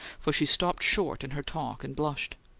for she stopped short in her talk and blushed.